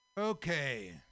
Okay